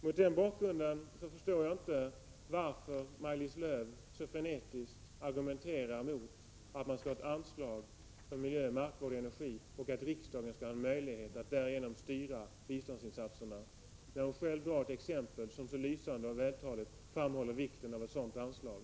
Mot den bakgrunden förstår jag inte varför Maj-Lis Lööw så frenetiskt argumenterar mot ett anslag för markoch miljövård samt energi och mot möjligheten för riksdagen att på detta sätt styra biståndsinsatserna. Själv tar hon ju ett exempel, som mycket lysande och vältaligt framhåller vikten av ett sådant här anslag.